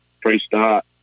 pre-start